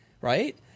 right